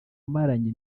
amaranye